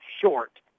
short